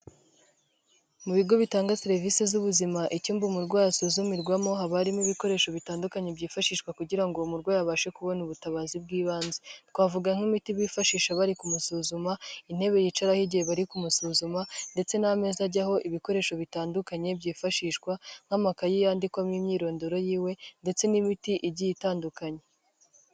Mu bigo bitanga serivisi z'ubuzima, icyumba umurwayi asuzumirwamo, haba harimo ibikoresho bitandukanye, byifashishwa kugira murwayi abashe kubona ubutabazi bw'ibanze. Twavuga nk'imiti bifashisha bari kumusuzuma, intebe yicaraho igihe bari kumusuzuma, ndetse n'ameza ajyaho ibikoresho bitandukanye byifashishwa, nk'amakayi yandikwamo imyirondoro yiwe, ndetse n'imiti igiye itandukanye.